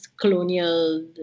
colonial